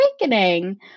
awakening